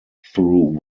through